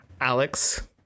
Alex